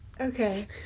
okay